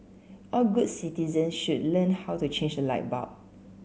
all good citizen should learn how to change a light bulb